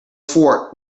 fort